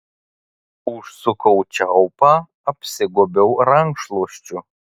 užsukau čiaupą apsigobiau rankšluosčiu